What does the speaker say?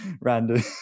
random